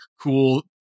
cool